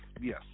Yes